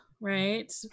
right